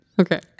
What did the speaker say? okay